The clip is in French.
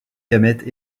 gamètes